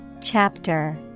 Chapter